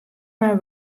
mar